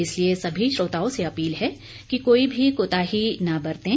इसलिए सभी श्रोताओं से अपील है कि कोई भी कोताही न बरतें